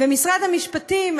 ומשרד המשפטים,